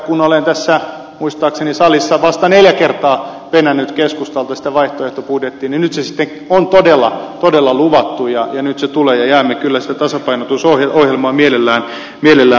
kun olen tässä salissa muistaakseni vasta neljä kertaa penännyt keskustalta sitä vaihtoehtobudjettia niin minun täytyy kiittää siitä että nyt se sitten on todella luvattu ja nyt se tulee ja jäämme kyllä sitä tasapainotusohjelmaa mielellämme odottamaan